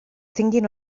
tinguin